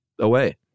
away